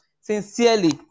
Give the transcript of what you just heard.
sincerely